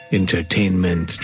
entertainment